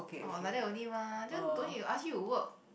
or like that only mah then don't need to ask you to work